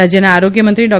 રાજ્યના આરોગ્યમંત્રી ડો